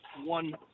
one